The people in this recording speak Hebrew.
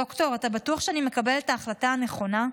דוקטור, אתה בטוח שאני מקבל את ההחלטה הנכונה?